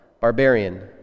barbarian